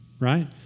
right